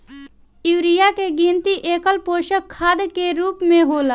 urea के गिनती एकल पोषक खाद के रूप में होला